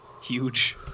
Huge